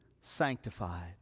sanctified